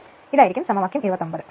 അതിനാൽ ഇതാണ് സമവാക്യം 29